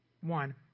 one